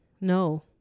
No